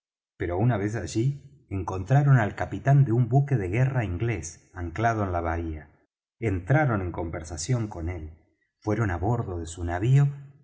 pero una vez allí encontraron al capitán de un buque de guerra inglés anclado en la bahía entraron en conversación con él fueron á bordo de su navío